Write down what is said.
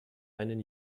einen